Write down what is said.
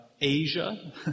Asia